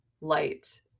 light